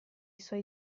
suoi